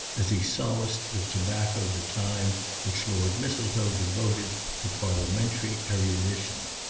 as he solaced with tobacco the time which lord mistletoe devoted to parliamentary erudition.